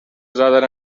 زدن